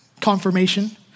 confirmation